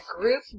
group